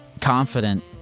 confident